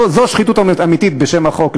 זו שחיתות אמיתית בשם החוק.